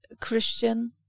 Christian